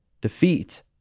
defeat